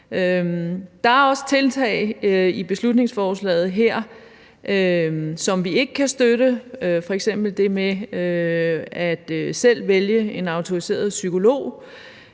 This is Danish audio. Der er også tiltag i beslutningsforslaget her, som vi ikke kan støtte, f.eks. det med selv at vælge en autoriseret psykolog.